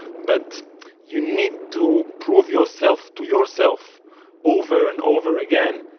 but you need to prove yourself to yourself over and over again,